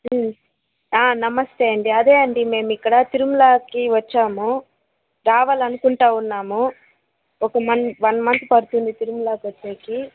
ఆ నమస్తే అండి అదే అండి మేము ఇక్కడ తిరుమలాకి వచ్చాము రావాలనుకుంటా ఉన్నాము ఒక మంత్ వన్ మంత్ పడుతుంది తిరుమలాకి వచ్చేకి